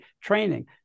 training